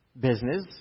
business